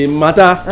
matter